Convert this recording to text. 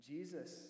Jesus